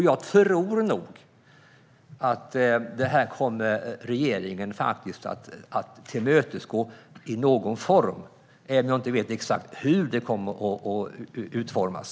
Jag tror att regeringen kommer att tillmötesgå detta i någon form, även om jag inte vet exakt hur det kommer att utformas.